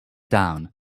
down